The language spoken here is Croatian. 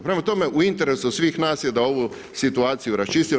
Prema tome, u interesu svih nas je da ovu situaciju rasčistimo.